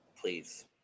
please